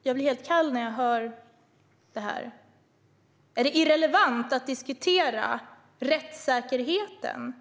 Fru talman! Jag blir helt kall när jag hör det här. Är det irrelevant att diskutera rättssäkerheten